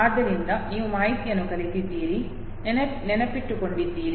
ಆದ್ದರಿಂದ ನೀವು ಮಾಹಿತಿಯನ್ನು ಕಲಿತಿದ್ದೀರಿ ನೆನಪಿಟ್ಟುಕೊಂಡಿದ್ದೀರಿ